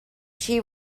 she